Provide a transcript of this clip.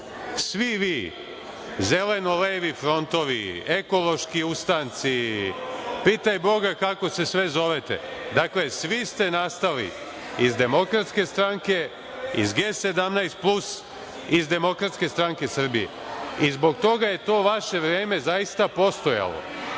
svi vi Zeleno-levi frontovi, Ekološki ustanci i pitaj Boga kako se sve zovete. Dakle, svi ste nastali iz Demokratske stranke, iz G17 plus i iz Demokratske stranke Srbije i zbog toga je to vaše vreme zaista postojalo. Dakle,